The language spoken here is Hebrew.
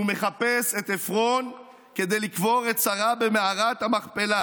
והוא מחפש את עפרון כדי לקבור את שרה במערכת המכפלה.